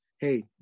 hey